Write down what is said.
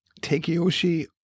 Takeyoshi